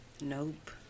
Nope